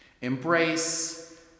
Embrace